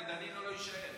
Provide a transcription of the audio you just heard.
ודנינו לא יישאר.